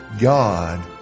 God